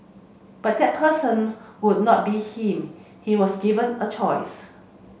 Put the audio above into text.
but that person would not be him he was given a choice